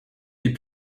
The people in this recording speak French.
des